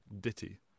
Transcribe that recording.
ditty